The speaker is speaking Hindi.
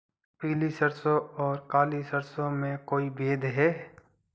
पीली सरसों और काली सरसों में कोई भेद है?